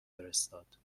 فرستاد